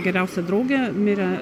geriausia draugė mirė